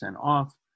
off